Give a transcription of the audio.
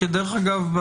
כי דרך אגב,